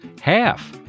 half